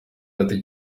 ati